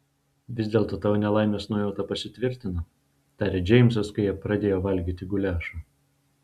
vis dėlto tavo nelaimės nuojauta pasitvirtino tarė džeimsas kai jie pradėjo valgyti guliašą